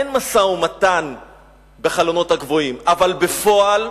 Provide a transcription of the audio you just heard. אין משא-ומתן בחלונות הגבוהים, אבל בפועל,